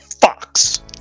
Fox